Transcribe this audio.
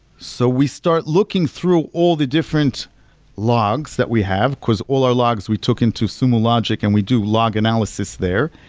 so we start looking through all the different logs that we have, because all our logs we took into sumo logic and we do log analysis there.